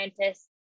scientists